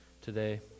today